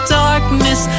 darkness